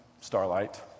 starlight